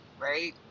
right